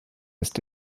ist